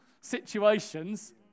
situations